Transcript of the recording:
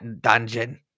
dungeon